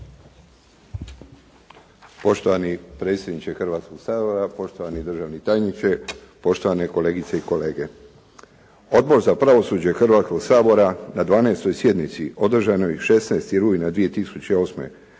Poštovani predsjedniče Hrvatskoga sabora, poštovani državni tajniče, poštovane kolegice i kolege. Odbor za pravosuđe Hrvatskoga sabora na 12 sjednici održanoj 16 rujna 2008. godine